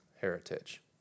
heritage